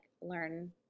learn